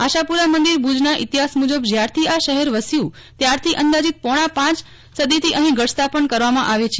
આશાપુરા મંદિર ભુજના ઈતિહાસ મુજબ જ્યારથી આ શહેર વસ્યું ત્યારથી અંદાજીત પોણા પાંચ સદીથી અહી ઘટ સ્થાપન કરવામાં આવે છે